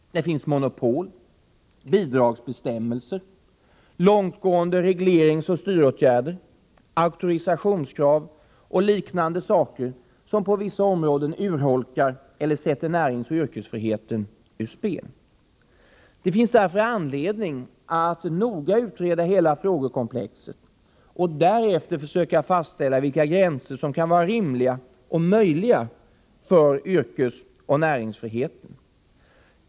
Det finns monopol, bidragsbestämmelser, långtgående regleringsoch styråtgärder, auktorisationskrav och liknande saker, som på vissa områden urholkar eller sätter ur spel näringsoch yrkesfriheten. Det finns därför anledning att noga utreda hela frågekomplexet och därefter söka fastställa vilka gränser som kan vara rimliga och möjliga för näringsoch yrkesfriheten.